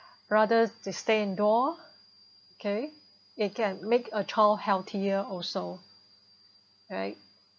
rather to stay indoor okay it can make a child healthier also right